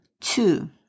Two